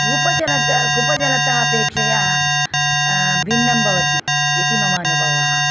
कूपजलत कूपजलतः अपेक्षया भिन्नं भवति इति मम अनुभवः